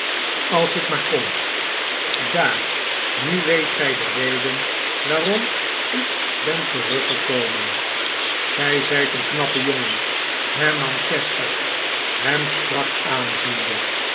als ik maar kon daar nu weet gij de reden waarom ik ben teruggekomen sgij zijt een knappe jongen hernam chester hem strak aanziende